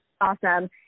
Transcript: awesome